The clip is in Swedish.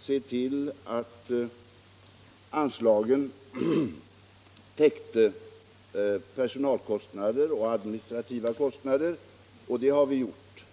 se till att anslagen täckte personalkostnader och administrativa kostnader. Detta har vi gjort.